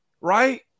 right